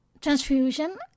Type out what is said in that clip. transfusion